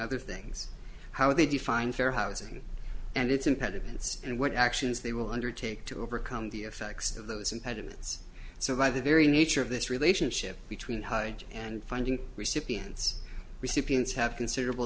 other things how they define fair housing and its impediments and what actions they will undertake to overcome the effects of those impediments so by the very nature of this relationship between high and funding recipients recipients have considerable